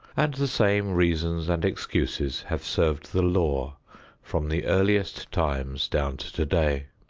and the same reasons and excuses have served the law from the earliest times down to today.